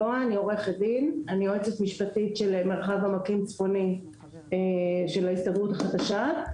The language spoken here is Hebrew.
דין ויועצת משפטית של מרחב עמקים צפוני של ההסתדרות החדשה.